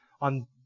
on